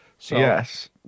Yes